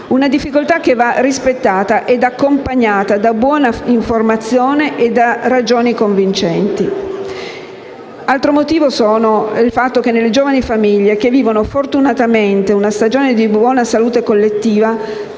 Una difficoltà che va rispettata e accompagnata da buona informazione e da ragioni convincenti. Altro motivo è il fatto che nelle giovani famiglie, che vivono fortunatamente una stagione di buona salute collettiva,